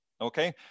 okay